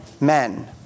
men